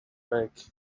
bag